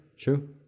True